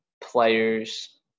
players